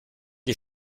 die